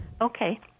Okay